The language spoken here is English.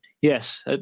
Yes